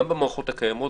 גם במערכות הקיימות,